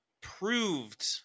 proved